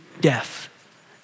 death